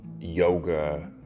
yoga